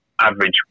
average